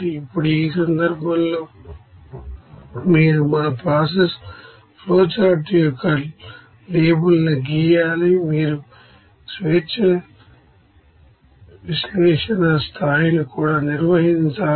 ఇప్పుడు ఈ సందర్భంలో మీరు ఈ మా ప్రాసెస్ ఫ్లోఛార్టు యొక్క లేబుల్ ను గీయాలి మీరు స్వేచ్ఛ విశ్లేషణ స్థాయిని కూడా నిర్వహించాలి